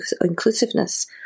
inclusiveness